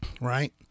Right